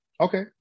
okay